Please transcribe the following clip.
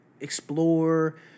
explore